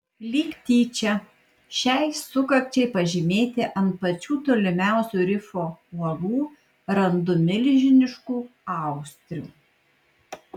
lyg tyčia šiai sukakčiai pažymėti ant pačių tolimiausių rifo uolų randu milžiniškų austrių